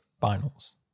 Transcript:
finals